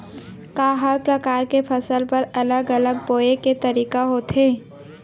का हर प्रकार के फसल बर अलग अलग बोये के तरीका होथे?